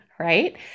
right